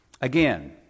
again